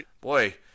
boy